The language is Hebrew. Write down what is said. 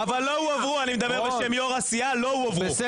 היו אז דיונים בין כלל הסיעות, בין